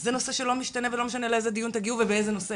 זה נושא שמשתנה ולא משנה לאיזה תגיעו ובאיזה נושא